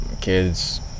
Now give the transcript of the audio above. kids